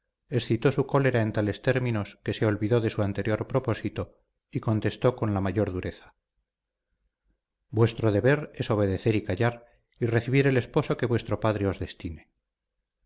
excitó su cólera en tales términos que se olvidó de su anterior propósito y contestó con la mayor dureza vuestro deber es obedecer y callar y recibir el esposo que vuestro padre os destine